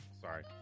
Sorry